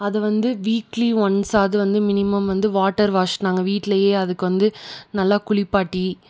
அதை வந்து weekly once அது வந்து மினிமம் வந்து வாட்டர் வாஷ் நாங்கள் வீட்டிலேயே அதுக்கு வந்து நல்லா குளிப்பாட்டி